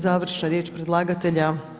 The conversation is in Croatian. Završna riječ predlagatelja?